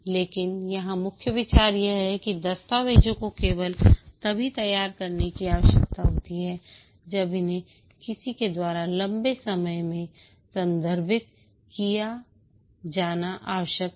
लेकिन यहां मुख्य विचार यह है कि दस्तावेजों को केवल तभी तैयार करने की आवश्यकता होती है जब इन्हें किसी के द्वारा लंबे समय से संदर्भित किया जाना आवश्यक हो